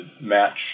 match